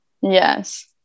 yes